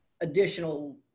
additional